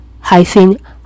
hyphen